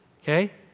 Okay